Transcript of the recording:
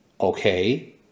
Okay